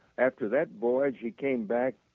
after that voyage he came back,